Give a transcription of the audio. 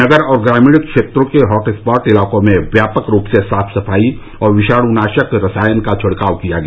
नगर और ग्रामीण क्षेत्रों के हॉटस्पॉट इलाकों में व्यापक रूप से साफ सफाई और विषाणुनाशक रसायन का छिड़काव किया गया